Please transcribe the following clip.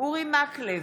אורי מקלב,